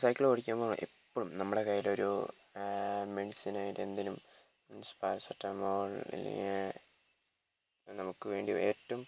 cycle ഓടിക്കാൻ പോകുമ്പോൾ ഇപ്പോഴും നമ്മുടെ കയ്യിൽ ഒരു മെഡിസിൻ ആയിട്ട് എന്തേലും മീൻസ് പാരസെറ്റമോൾ അല്ലെങ്കിൽ നമുക്ക് വേണ്ടി ഏറ്റോം